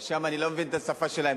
אבל שם אני לא מבין את השפה שלהן,